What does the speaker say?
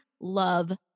love